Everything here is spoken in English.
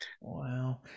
Wow